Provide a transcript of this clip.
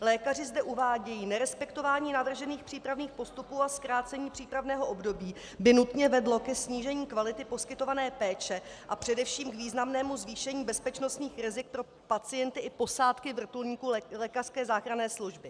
Lékaři zde uvádějí: Nerespektování navržených přípravných postupů a zkrácení přípravného období by nutně vedlo ke snížení kvality poskytované péče a především k významnému zvýšení bezpečnostních rizik pro pacienty i posádky vrtulníků lékařské záchranné služby.